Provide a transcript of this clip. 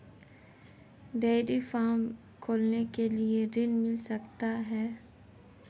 Dairy farm खोलने के लिए ऋण मिल सकता है?